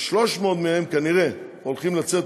ו-300 מהם כנראה הולכים לצאת